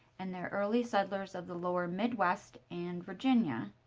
and they're early settlers of the lower midwest and virginia.